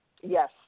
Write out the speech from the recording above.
Yes